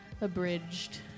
abridged